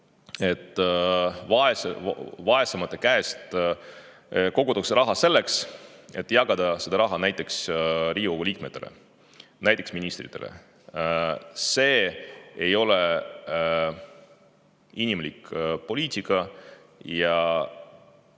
et vaesemate käest kogutakse raha selleks, et jagada seda näiteks Riigikogu liikmetele ja ministritele. See ei ole inimlik poliitika ja